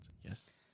Yes